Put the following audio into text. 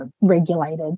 regulated